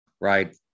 right